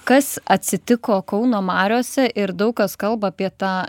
kas atsitiko kauno mariose ir daug kas kalba apie tą